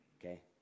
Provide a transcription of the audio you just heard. Okay